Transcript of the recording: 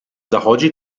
zachodzi